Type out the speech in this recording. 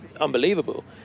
unbelievable